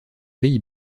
pays